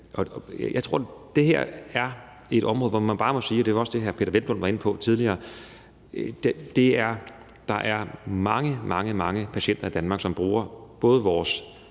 Jeg tror, at det her er et område, hvorom man bare må sige – det var også det, hr. Peder Hvelplund tidligere var inde på – at der er mange, mange patienter i Danmark, som bruger vores